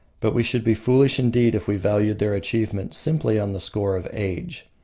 but we should be foolish indeed if we valued their achievement simply on the score of age.